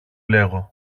λέγω